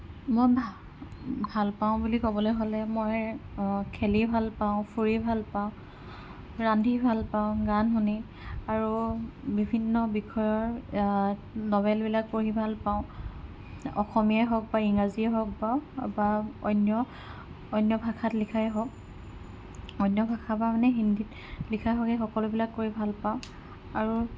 মই ভা ভাল পাওঁ বুলি ক'বলৈ হ'লে মই খেলি ভাল পাওঁ ফুৰি ভাল পাওঁ ৰান্ধি ভাল পাওঁ গান শুনি আৰু বিভিন্ন বিষয়ৰ নভেলবিলাক পঢ়ি ভাল পাওঁ অসমীয়াই হওক বা ইংৰাজীয়েই হওক বাৰু বা অন্য অন্য ভাষাত লিখাই হওক অন্য ভাষা বা মানে হিন্দীত লিখা হয়েই সকলোবিলাক কৰি ভাল পাওঁ আৰু